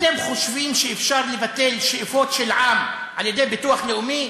אתם חושבים שאפשר לבטל שאיפות של עם על-ידי ביטוח לאומי?